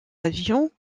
avion